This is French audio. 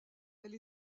elle